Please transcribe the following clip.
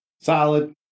Solid